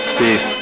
Steve